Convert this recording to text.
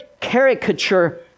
caricature